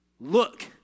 Look